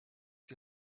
die